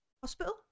hospital